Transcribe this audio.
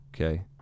Okay